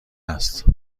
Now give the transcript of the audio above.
است